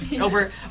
over